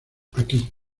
aquí